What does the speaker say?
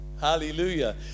Hallelujah